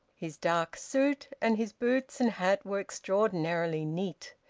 his dark suit and his boots and hat were extraordinarily neat.